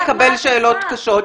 את לא מוכנה לקבל שאלות קשות.